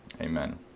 Amen